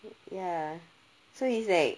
ya so he's like